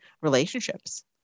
relationships